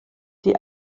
die